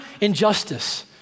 injustice